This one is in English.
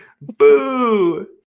Boo